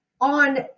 on